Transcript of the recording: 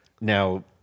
Now